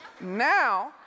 Now